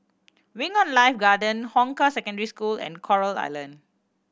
Wing On Life Garden Hong Kah Secondary School and Coral Island